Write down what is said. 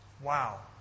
Wow